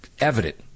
evident